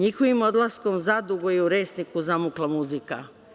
Njihovim odlaskom zadugo je u Resniku zamukla muzika.